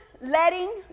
Letting